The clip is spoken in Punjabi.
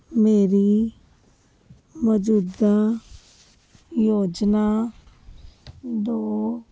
ਮੇਰੀ ਮੌਜੂਦਾ ਯੋਜਨਾ ਦੋ